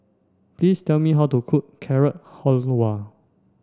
please tell me how to cook Carrot Halwa